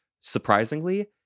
Surprisingly